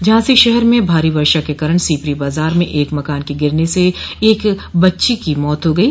झांसी शहर में भारी वर्षा के कारण सीपरी बाजार में एक मकान के गिरने से एक बच्ची की मौत हा गयी